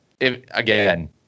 again